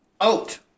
Oat